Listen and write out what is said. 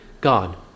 God